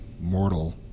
mortal